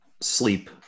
sleep